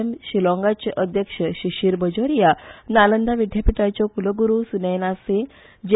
एम शिलाँगाचे अध्यक्ष शिशिर बजौरिया नालंदा विद्यापीठाच्यो कुलगुरू सुनैना सिंग जे